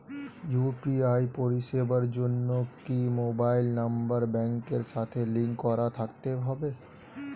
UPI পরিষেবার জন্য কি মোবাইল নাম্বার ব্যাংকের সাথে লিংক করা থাকতে হবে?